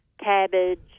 cabbage